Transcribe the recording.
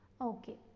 Okay